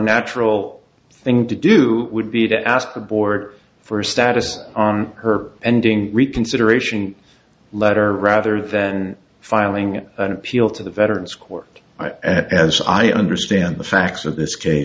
natural thing to do would be to ask the board for a status on her ending reconsideration letter rather than filing an appeal to the veterans court as i understand the facts of this case